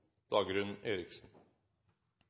Dagrun Eriksen